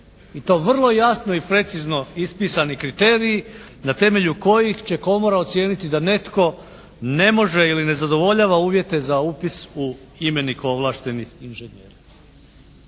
i to vrlo jasno i precizno ispisani kriteriji na temelju kojih će komora ocijeniti da netko ne može ili ne zadovoljava uvjete za upis u imenik ovlaštenih inženjera.